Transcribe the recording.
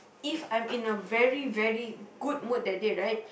if I'm in a very very good mood that day right